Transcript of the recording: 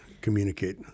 communicate